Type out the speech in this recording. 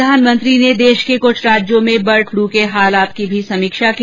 प्रधानमंत्री ने देश के कुछ राज्यों मे बर्ड फ्लू के हालात की भी समीक्षा की